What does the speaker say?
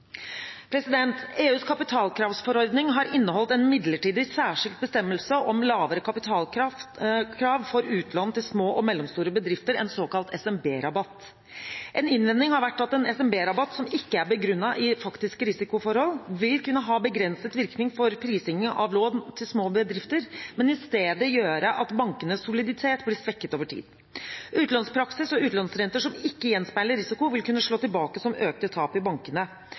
EUs kapitalkravsforordning har inneholdt en midlertidig, særskilt bestemmelse om lavere kapitalkrav for utlån til små og mellomstore bedrifter, en såkalt SMB-rabatt. En innvending har vært at en SMB-rabatt som ikke er begrunnet i faktiske risikoforhold, vil kunne ha begrenset virkning for prising av lån til små bedrifter, men i stedet gjøre at bankenes soliditet blir svekket over tid. Utlånspraksis og utlånsrenter som ikke gjenspeiler risiko, vil kunne slå tilbake som økte tap i bankene.